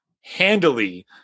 handily –